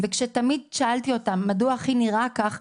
תמיד כששאלתי אותם מדוע אחי נראה כך,